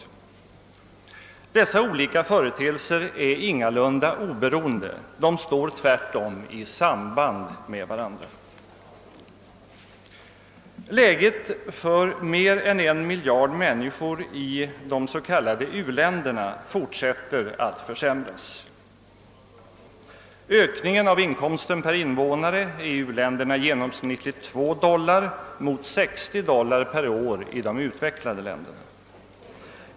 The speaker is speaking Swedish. Dessa olika företeelser är ingalunda oberoende av varandra utan har tvärtom ett samband. Läget för mer än en miljard människor i de s.k. u-länderna fortsätter att försämras. Ökningen av inkomsten per invånare är i u-länderna genomsnittligt 2 dollar mot 60 dollar per år i de utvecklade länderna.